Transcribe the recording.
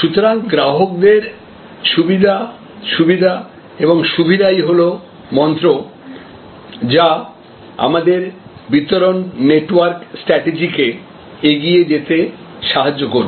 সুতরাং গ্রাহকদের সুবিধা সুবিধা এবং সুবিধাই হল মন্ত্র যা আমাদের বিতরণ নেটওয়ার্ক স্ট্রাটেজিকে এগিয়ে যেতে সাহায্য করবে